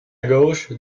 gauche